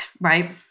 Right